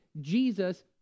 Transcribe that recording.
Jesus